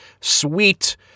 sweet